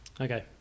Okay